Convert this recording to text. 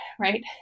Right